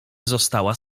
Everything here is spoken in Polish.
została